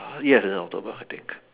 yes that time october I think